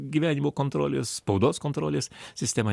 gyvenimo kontrolės spaudos kontrolės sistema